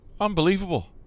Unbelievable